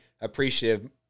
appreciative